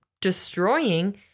destroying